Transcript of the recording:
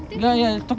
I think mm